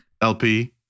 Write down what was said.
LP